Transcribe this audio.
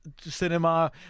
cinema